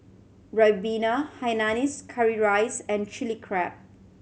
ribena hainanese curry rice and Chilli Crab